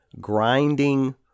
grinding